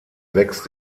wächst